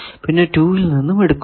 പിന്നെ 2 ൽ നിന്നും എടുക്കുന്നു